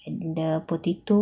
and the potato